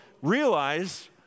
realize